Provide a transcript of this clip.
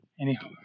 Anyhow